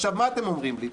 עכשיו, מה אתם אומרים לי?